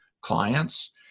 clients